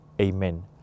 Amen